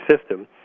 system